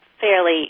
fairly